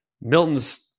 Milton's